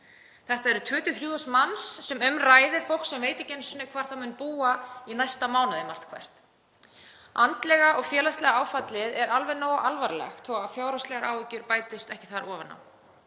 Þetta eru 2.000–3.000 manns sem um ræðir, fólk sem veit ekki einu sinni hvar það mun búa í næsta mánuði, margt hvert. Andlega og félagslega áfallið er alveg nógu alvarlegt þó að fjárhagslegar áhyggjur bætist ekki þar ofan á.